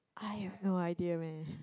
I have no idea man